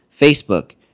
Facebook